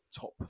top